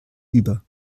über